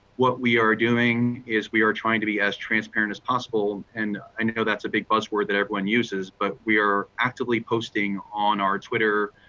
what we are doing, is we are trying to be as transparent as possible, and i know that's a big buzzword that everyone uses. but, we are actively posting on our twitter,